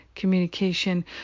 communication